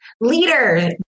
leader